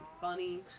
funny